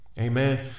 Amen